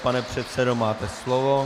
Pane předsedo, máte slovo.